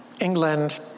England